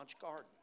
garden